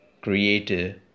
creator